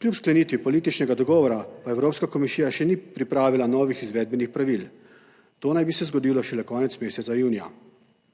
Kljub sklenitvi političnega dogovora pa Evropska komisija še ni pripravila novih izvedbenih pravil, to naj bi se zgodilo šele konec meseca junija.